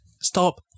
stop